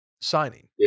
signing